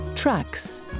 Tracks